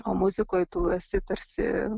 o muzikoj tu esi tarsi